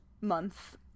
month